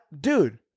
dude